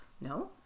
No